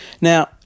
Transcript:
Now